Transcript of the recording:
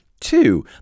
Two